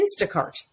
Instacart